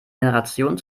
generation